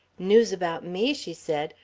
news about me? she said.